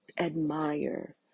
admire